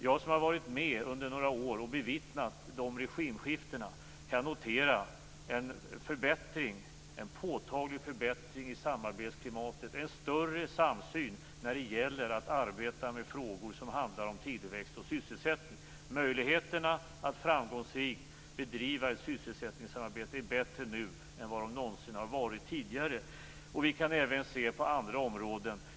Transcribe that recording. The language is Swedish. Jag som har varit med under några år och bevittnat dessa regimskiften kan notera en påtaglig förbättring i samarbetsklimatet och en större samsyn när det gäller att arbeta med frågor som handlar om tillväxt och sysselsättning. Möjligheterna att framgångsrikt bedriva ett sysselsättningssamarbete är bättre nu än de någonsin har varit tidigare, och vi kan även se detta på andra områden.